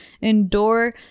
endure